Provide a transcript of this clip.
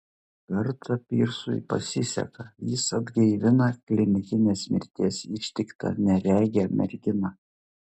kartą pyrsui pasiseka jis atgaivina klinikinės mirties ištiktą neregę merginą